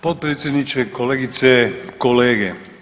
Potpredsjedniče, kolegice, kolege.